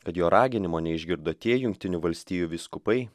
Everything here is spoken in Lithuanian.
bet jo raginimo neišgirdo tie jungtinių valstijų vyskupai